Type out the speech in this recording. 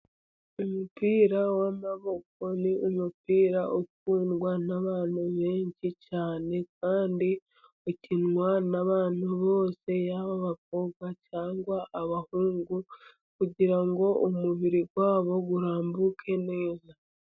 Umupira w'amaboko ni umupira ukundwa n'abantu benshi cyane kandi ukinwa nabantu bose, yaba abakobwa cyangwa abahungu kugirango umubiri wabo urambuke neza.